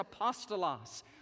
apostolos